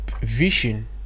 vision